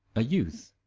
a youth,